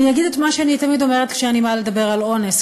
אני אגיד את מה שאני תמיד אומרת כשאני באה לדבר על אונס,